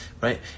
right